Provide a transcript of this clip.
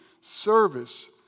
service